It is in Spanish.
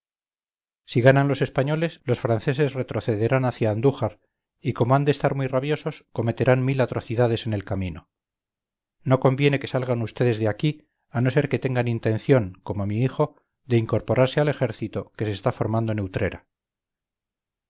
si ganan los españoles los franceses retrocederán hacia andújar y como han de estar muy rabiosos cometerán mil atrocidades en el camino no conviene que salgan ustedes de aquí a no ser que tengan intención como mi hijo de incorporarse al ejército que se está formando